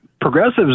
progressives